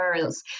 girls